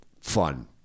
fun